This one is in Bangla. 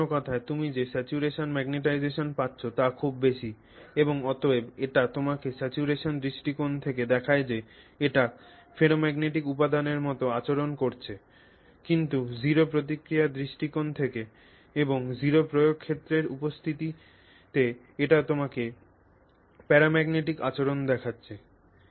সুতরাং অন্য কথায় তুমি যে স্যাচুরেশন ম্যগনেটাইজেসন পাচ্ছ তা খুব বেশি এবং অতএব এটি তোমাকে স্যাচুরেশন দৃষ্টিকোণ থেকে দেখায় যে এটি ফেরোম্যাগনেটিক উপাদানের মতো আচরণ করছে কিন্তু 0 প্রতিক্রিয়ার দৃষ্টিকোণ থেকে এবং 0 প্রয়োগ ক্ষেত্রের উপস্থিতিতে এটি তোমাকে প্যারাম্যাগনেটিক আচরণ দেখাচ্ছে